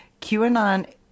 QAnon